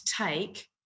take